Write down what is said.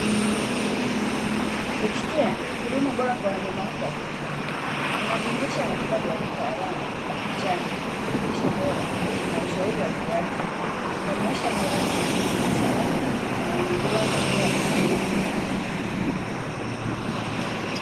Ukisikia huduma bora kwa wanyama wako wa kufugwa inajumuisha matibabu ya kitaalamu na chanjo lishe bora na ushauri wa kiafya, kwa maisha marefu salama na yenye furaha kwa kila mnyama.